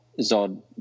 Zod